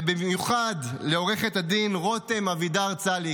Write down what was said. ובמיוחד לעו"ד רותם אבידר צאליק,